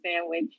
sandwich